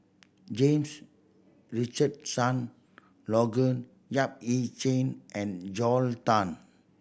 James Richardson Logan Yap Ee Chian and Joel Tan